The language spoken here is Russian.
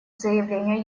заявлению